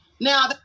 Now